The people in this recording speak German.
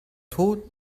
tot